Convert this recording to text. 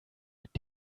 mit